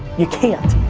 you can't.